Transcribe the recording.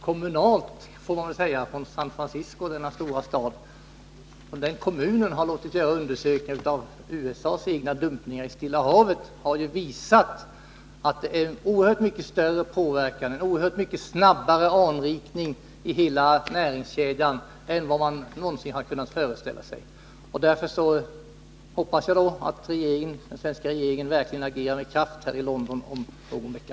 Kommunalt har man i den stora staden San Francisco låtit göra undersökningar av USA:s egna dumpningar i Stilla havet. Dessa undersökningar har visat att det sker en oerhört mycket större påverkan av och en oerhört mycket snabbare anrikning i hela näringskedjan än man någonsin har kunnat föreställa sig. Därför hoppas jag att den svenska regeringen verkligen agerar med kraft vid konferensen i London om någon vecka.